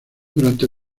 durante